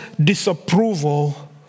disapproval